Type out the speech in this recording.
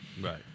right